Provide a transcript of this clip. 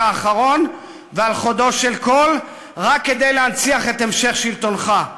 האחרון ועל חודו של קול רק כדי להנציח את המשך שלטונך.